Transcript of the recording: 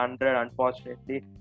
unfortunately